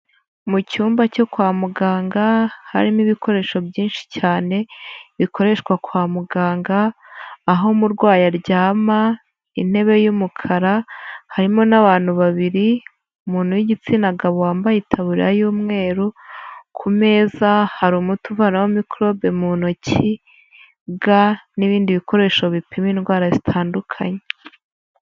Mu cyumba cyo kwa muganga harimo ibikoresho byinshi cyane bikoreshwa kwa muganga aho umurwayi aryama intebe y'umukara harimo n'abantu babiri umuntu w'igitsina gabo wambayetaburiya y'umweru, ku meza hari umuti uvalo mikorobe mu ntokig n'ibindi bikoresho bipima indwara zitandukanye.